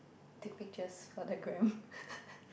take pictures for the gram